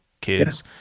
kids